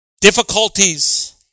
Difficulties